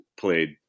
played